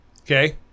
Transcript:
okay